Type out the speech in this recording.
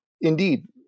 indeed